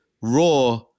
Raw